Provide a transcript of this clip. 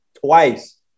twice